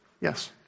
Yes